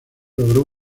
logró